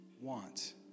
want